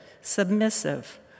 submissive